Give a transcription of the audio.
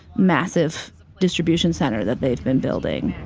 massive distribution center that they've been building.